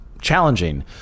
challenging